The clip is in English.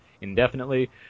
indefinitely